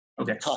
Okay